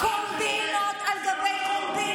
את נפלת בזה.